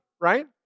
right